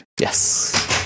yes